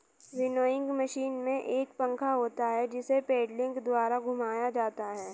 winnowing machine में एक पंखा होता है जिसे पेडलिंग द्वारा घुमाया जाता है